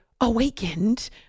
awakened